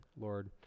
Lord